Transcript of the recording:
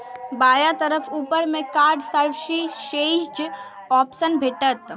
बायां तरफ ऊपर मे कार्ड सर्विसेज के ऑप्शन भेटत